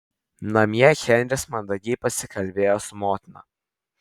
namie henris mandagiai pasikalbėjo su motina